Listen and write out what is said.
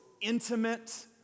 intimate